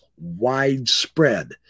widespread